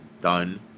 done